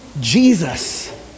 Jesus